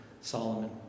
Solomon